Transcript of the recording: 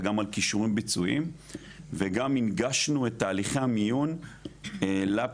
גם על כישורים ביצועיים וגם הנגשנו את תהליכי המיון לפריפריה,